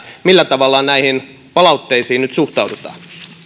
millä tavalla näihin palautteisiin nyt suhtaudutaan